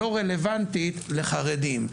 לא רלבנטית לחרדים.